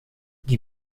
die